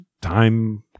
time